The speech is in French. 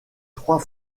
trois